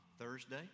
Thursday